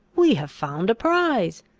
we have found a prize!